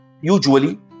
usually